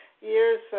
years